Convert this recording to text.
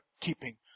keeping